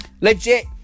Legit